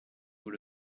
good